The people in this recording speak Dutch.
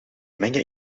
mengen